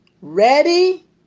ready